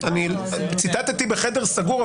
ציטטתי בחדר סגור,